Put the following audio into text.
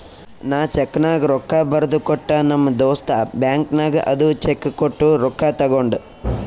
ನಾ ಚೆಕ್ನಾಗ್ ರೊಕ್ಕಾ ಬರ್ದು ಕೊಟ್ಟ ನಮ್ ದೋಸ್ತ ಬ್ಯಾಂಕ್ ನಾಗ್ ಅದು ಚೆಕ್ ಕೊಟ್ಟು ರೊಕ್ಕಾ ತಗೊಂಡ್